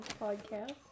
podcast